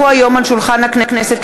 כי הונחו היום על שולחן הכנסת,